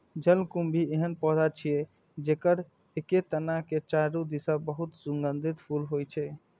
जलकुंभी एहन पौधा छियै, जेकर एके तना के चारू दिस बहुत सुगंधित फूल होइ छै